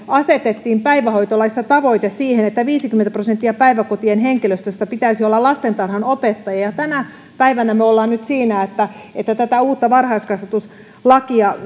asetettiin päivähoitolaissa tavoite siihen että viisikymmentä prosenttia päiväkotien henkilöstöstä pitäisi olla lastentarhanopettajia ja tänä päivänä me olemme nyt siinä että että tätä uutta varhaiskasvatuslakia